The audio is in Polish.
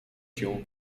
się